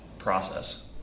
process